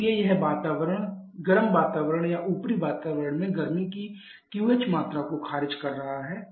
लेकिन यह गर्म वातावरण या ऊपरी वातावरण में गर्मी की QH मात्रा को खारिज कर रहा है